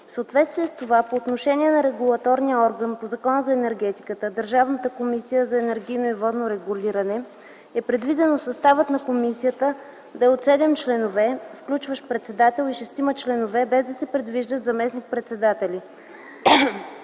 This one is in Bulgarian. съответствие с това по отношение на регулаторния орган по Закона за енергетиката Държавната комисия за енергийно и водно регулиране е предвидено в състава на комисията да е от седем членове, включващ председател и шестима членове, без да се предвиждат заместник-председатели.